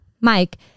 Mike